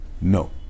No